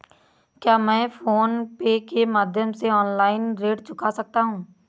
क्या मैं PhonePe के माध्यम से ऑनलाइन ऋण चुका सकता हूँ?